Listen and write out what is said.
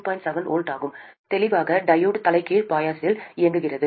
7 V ஆகும் தெளிவாக diode தலைகீழ் பயாஸில் இயங்குகிறது